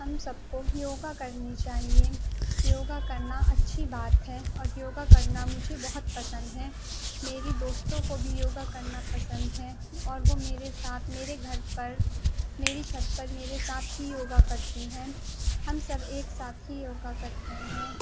ہم سب کو یوگا کرنی چاہیے یوگا کرنا اچھی بات ہے اور یوگا کرنا مجھے بہت پسند ہے میری دوستوں کو بھی یوگا کرنا پسند ہے اور وہ میرے ساتھ میرے گھر پر میری چھت پر میرے ساتھ ہی یوگا کرتی ہیں ہم سب ایک ساتھ ہی یوگا کرتے ہیں